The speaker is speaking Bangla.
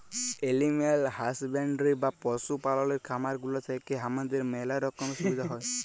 এলিম্যাল হাসব্যান্ডরি বা পশু পাললের খামার গুলা থেক্যে হামাদের ম্যালা রকমের সুবিধা হ্যয়